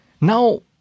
Now